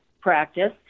practice